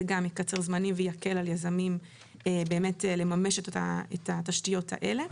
זה גם יקצר זמנים ויקל על יזמים באמת לממש את התשתיות האלה.